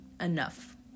enough